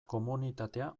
komunitatea